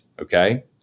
okay